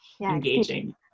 engaging